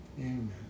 Amen